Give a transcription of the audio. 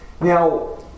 Now